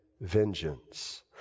vengeance